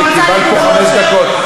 אני רוצה, דיברת פה חמש דקות.